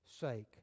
sake